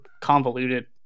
convoluted